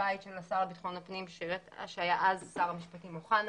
הבית של השר לביטחון הפנים שהיה אז שר המשפטים אוחנה.